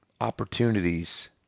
opportunities